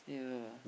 yeah